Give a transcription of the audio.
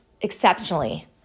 exceptionally